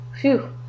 Phew